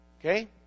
Okay